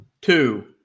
two